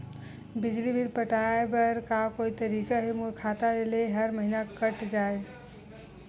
बिजली बिल पटाय बर का कोई तरीका हे मोर खाता ले हर महीना कट जाय?